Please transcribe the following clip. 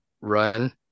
run